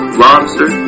lobster